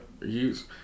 use